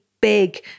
big